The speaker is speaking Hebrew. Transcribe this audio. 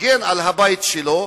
מגן על הבית שלו,